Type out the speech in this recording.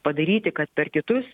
padaryti kad per kitus